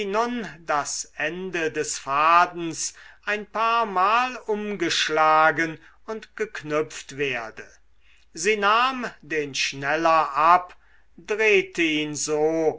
das ende des fadens ein paarmal umgeschlagen und geknüpft werde sie nahm den schneller ab drehte ihn so